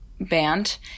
band